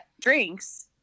drinks